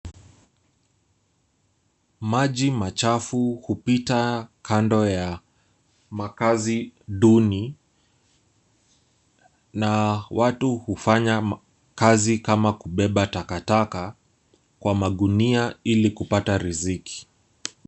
Maji machafu hupita kando ya makazi duni na watu hufanya kazi kama kubeba takataka kwa magunia ili kupata riziki.